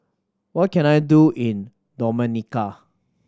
what can I do in Dominica